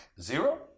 Zero